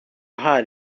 heart